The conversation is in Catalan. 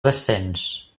descens